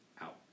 out